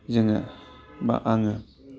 जोङो बा आङो